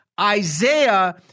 Isaiah